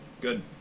Good